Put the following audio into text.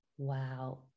Wow